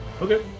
Okay